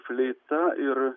fleita ir